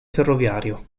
ferroviario